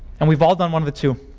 and we've all done one of the two.